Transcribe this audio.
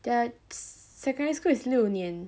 their secondary school is 六年